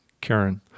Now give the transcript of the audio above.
Karen